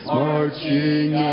marching